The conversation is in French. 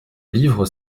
livre